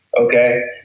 Okay